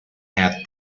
had